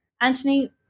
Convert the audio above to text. Anthony